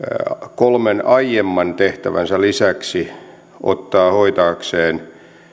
kolmen aiemman tehtävänsä lisäksi ottaa hoitaakseen